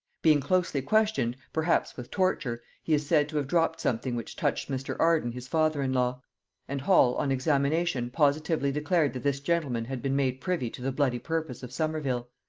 being closely questioned, perhaps with torture, he is said to have dropped something which touched mr. arden his father-in-law and hall on examination positively declared that this gentleman had been made privy to the bloody purpose of somerville.